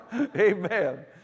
Amen